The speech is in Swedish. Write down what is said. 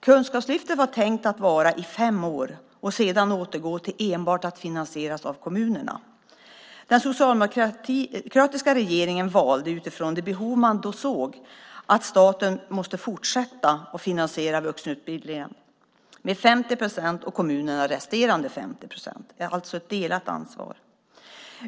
Kunskapslyftet var tänkt att vara i fem år och sedan återgå till att enbart finansieras av kommunerna. Den socialdemokratiska regeringen valde utifrån de behov man såg att staten måste fortsätta att finansiera vuxenutbildningen med 50 procent och kommunerna de resterande 50 procenten, alltså delat ansvar.